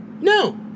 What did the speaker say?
No